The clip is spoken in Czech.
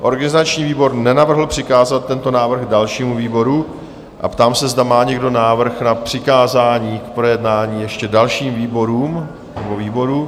Organizační výbor nenavrhl přikázat tento návrh dalšímu výboru a ptám se, zda má někdo návrh na přikázání k projednání ještě dalším výborům nebo výboru?